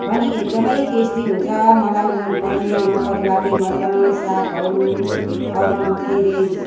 पनि एकदमै टेस्टी हुन्छ मलाई मनपर्ने यो परिवारले मनपर्ने सागहरू अरू के रे